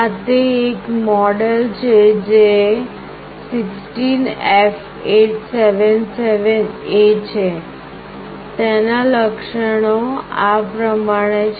આ તે એક મૉડલ છે જે 16F877A છે તેના લક્ષણો આ પ્રમાણે છે